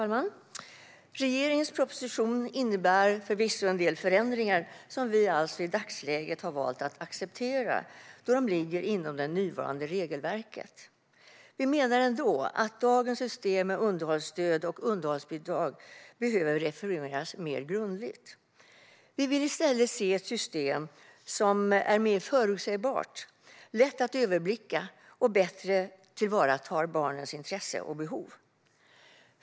Fru talman! Regeringens proposition innebär förvisso en del förändringar som vi i dagsläget har valt att acceptera då de ligger under det nuvarande regelverket. Vi menar dock ändå att dagens system med underhållsstöd och underhållsbidrag behöver reformeras mer grundligt. Vi vill i stället se ett system som är mer förutsägbart och lätt att överblicka och som bättre tillvaratar barnens intresse och behov.